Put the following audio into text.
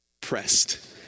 Pressed